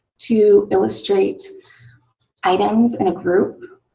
to illustrate items in a group,